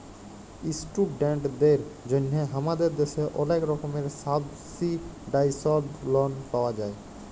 ইশটুডেন্টদের জন্হে হামাদের দ্যাশে ওলেক রকমের সাবসিডাইসদ লন পাওয়া যায়